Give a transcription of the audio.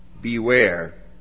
beware